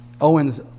Owen's